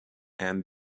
and